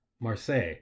Marseille